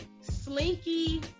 slinky